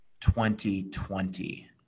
2020